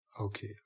okay